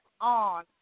on